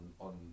on